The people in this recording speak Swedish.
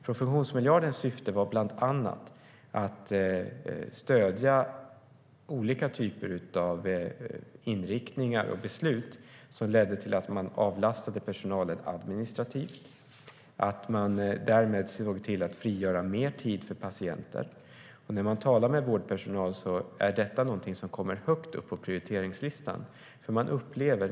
Professionsmiljardens syfte var bland annat att stödja olika typer av inriktningar och beslut som skulle leda till att man avlastade personalen administrativt och därmed såg till att frigöra mer tid för patienter. När man talar med vårdpersonal erfar man att detta är någonting som kommer högt upp på prioriteringslistan.